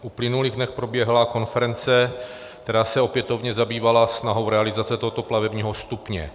V uplynulých dnech proběhla konference, která se opětovně zabývala snahou o realizaci tohoto plavebního stupně.